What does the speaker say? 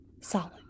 solid